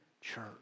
church